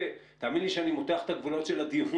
ותאמין לי שאני כבר מותח את גבולות הדיון